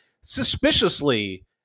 Suspiciously